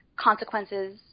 consequences